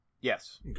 Yes